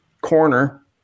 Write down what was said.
corner